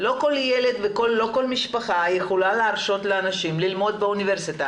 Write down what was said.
לא כל ילד ולא כל משפחה יכולה להרשות לאנשים ללמוד באוניברסיטה.